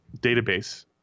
database